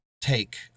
take